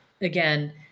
Again